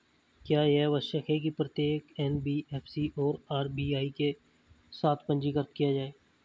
क्या यह आवश्यक है कि प्रत्येक एन.बी.एफ.सी को आर.बी.आई के साथ पंजीकृत किया जाए?